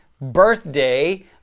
birthday